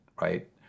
right